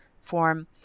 form